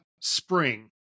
spring